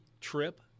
trip